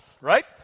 right